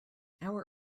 our